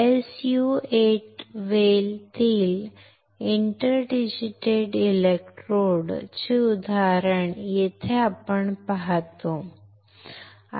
SU 8 well तील interdigitated इलेक्ट्रोडचे उदाहरण येथे आपण पाहतो